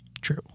true